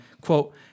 Quote